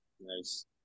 Nice